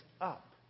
up